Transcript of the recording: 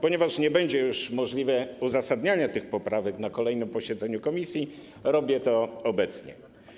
Ponieważ nie będzie już możliwe uzasadnianie tych poprawek na kolejnym posiedzeniu komisji, zrobię to obecnie.